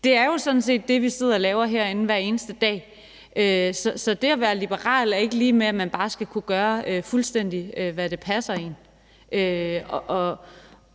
det er sådan set også det, vi sidder og laver herinde hver eneste dag. Så det at være liberal er ikke lig med, at man bare skal kunne gøre fuldstændig, hvad der passer en. Og